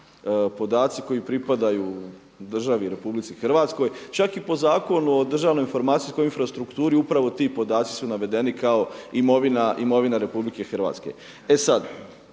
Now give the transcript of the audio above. Podaci koji pripadaju državi RH čak i po Zakon o državnoj informacijskoj infrastrukturi upravo ti podaci su navedeni kako imovina RH. E sad